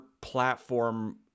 platform